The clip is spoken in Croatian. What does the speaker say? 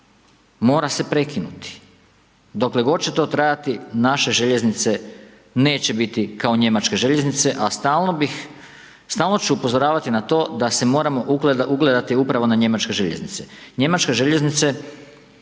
mora se prekinuti. Dokle god će to trajati, naše željeznice neće biti kao njemačke željeznice, a stalno ću upozoravati na to da se moramo ugledati upravo na njemačke željeznice. Njemačke željeznice